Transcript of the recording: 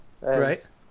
Right